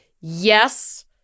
yes